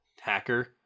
hacker